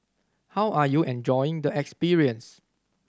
how are you enjoying the experience